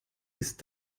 ist